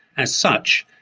as such,